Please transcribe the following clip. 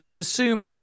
assume